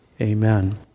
Amen